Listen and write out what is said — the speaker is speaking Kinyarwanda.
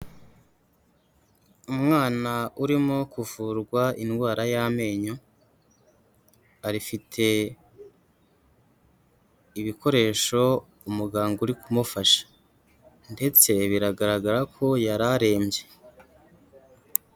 Umwana urimo kuvurwa indwara y'amenyo, afite ibikoresho umuganga uri kumufasha ndetse biragaragara ko yari arembye.